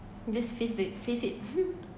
just face the face it